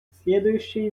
следующий